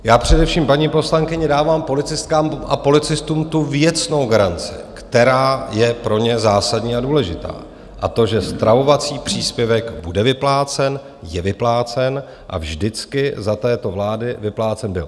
Já především, paní poslankyně, dávám policistkám a policistům tu věcnou garanci, která je pro ně zásadní a důležitá, a to je to, že stravovací příspěvek bude vyplácen, je vyplácen a vždycky za této vlády vyplácen byl.